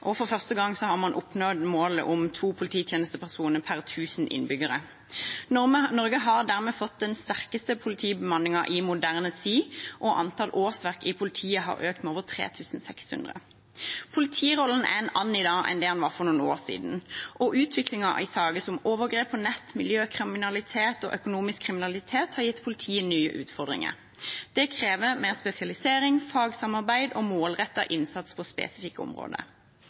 og for første gang har man oppnådd målet om to polititjenestepersoner per tusen innbyggere. Norge har dermed fått den sterkeste politibemanningen i moderne tid, og antall årsverk i politiet har økt med over 3 600. Politirollen er en annen i dag enn den var for noen år siden, og utviklingen i saker som overgrep på nett, miljøkriminalitet og økonomisk kriminalitet har gitt politiet nye utfordringer. Det krever mer spesialisering, fagsamarbeid og målrettet innsats på spesifikke områder.